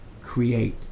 create